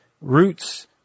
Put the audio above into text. roots